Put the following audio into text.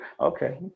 Okay